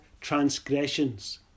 transgressions